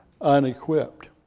unequipped